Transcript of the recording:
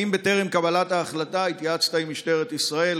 2. האם בטרם קבלת ההחלטה התייעצת עם משטרת ישראל,